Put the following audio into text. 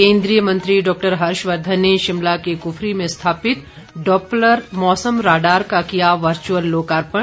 केन्द्रीय मंत्री डॉक्टर हर्षवर्धन ने शिमला के कुफरी में स्थापित डॉप्लर मौसम राडार का किया वर्चुअल लोकार्पण